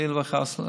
חלילה וחס,